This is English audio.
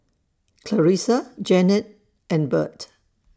Clarisa Janet and Burt